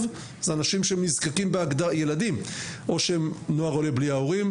אלה ילדים שהם נוער עולה בלי ההורים,